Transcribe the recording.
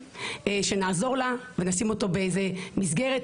שנעזור לה ונשים אותו באיזה מסגרת.